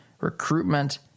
recruitment